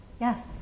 Yes